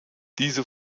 diese